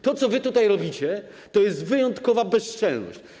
To, co wy tutaj robicie, to jest wyjątkowa bezczelność.